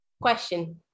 Question